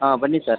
ಹಾಂ ಬನ್ನಿ ಸರ್